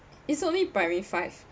it's only primary five